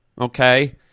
Okay